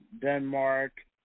Denmark